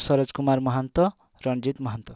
Saroj Kumar Mahanta Ranjit Mahanta